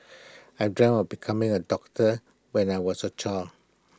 I dreamt of becoming A doctor when I was A child